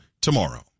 tomorrow